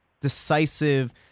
decisive